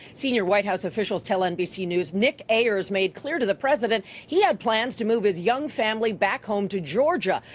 senior white house officials tell nbc news, nick ayers made clear to the president he had plans to move his young family back home to georgia,